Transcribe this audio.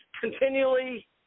continually